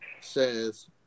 says